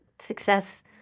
success